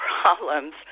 problems